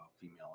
female